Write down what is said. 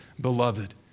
beloved